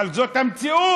אבל זאת המציאות.